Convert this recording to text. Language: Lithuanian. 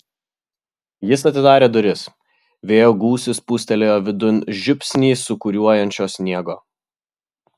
jis atidarė duris vėjo gūsis pūstelėjo vidun žiupsnį sūkuriuojančio sniego